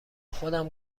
خودم